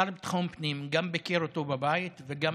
השר לביטחון פנים גם ביקר אותו בבית וגם